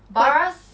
tuas